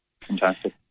fantastic